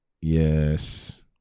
Yes